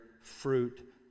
fruit